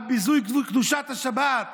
על ביזוי קדושת השבת,